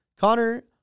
Connor